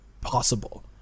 possible